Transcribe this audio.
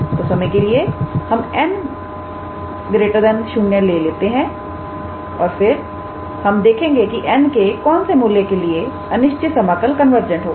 तोसमय के लिए हम 𝑛 0 ले लेते हैं और फिर हम देखेंगे कि n के कौन से मूल्य के लिए अनिश्चित समाकल कन्वर्जेंट होगा